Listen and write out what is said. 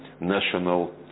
national